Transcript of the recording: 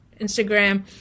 Instagram